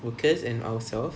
workers and ourselves